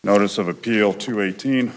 notice of appeal to eighteen